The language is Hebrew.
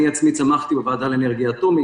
אני עצמי צמחתי בוועדה לאנרגיה אטומית,